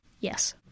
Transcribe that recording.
Yes